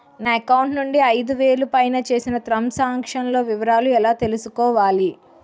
నా అకౌంట్ నుండి ఐదు వేలు పైన చేసిన త్రం సాంక్షన్ లో వివరాలు ఎలా తెలుసుకోవాలి?